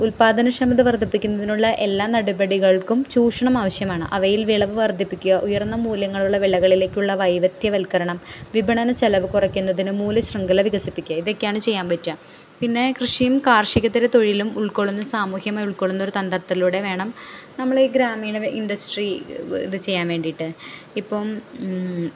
ഉല്പാദന ക്ഷമത വർധിപ്പിക്കുന്നതിനുള്ള എല്ലാ നടപടികൾക്കും ചൂഷണം ആവശ്യമാണ് അവയിൽ വിളവ് വർദ്ധിപ്പിക്കുക ഉയർന്ന മൂല്യങ്ങളുള്ള വിളകളിലേക്കുള്ള വൈവിധ്യ വത്ക്കരണം വിപണന ചിലവ് കുറയ്ക്കുന്നതിന് മൂല ശൃഖല വികസിപ്പിക്കുക ഇതൊക്കെയാണ് ചെയ്യാൻ പറ്റുക പിന്നെ കൃഷിയും കാർഷികേതര തൊഴിലും ഉൾക്കൊള്ളുന്ന സാമൂഹ്യമായി ഉൾക്കൊള്ളുന്ന ഒരു തന്ത്രത്തിലൂടെ വേണം നമ്മൾ ഈ ഗ്രാമീണ ഇൻഡസ്ട്രി ഇത് ചെയ്യാൻ വേണ്ടിയിട്ട് ഇപ്പം